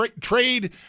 trade